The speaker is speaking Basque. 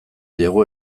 diegu